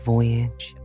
Voyage